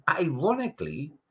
ironically